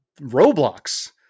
roblox